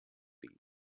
feet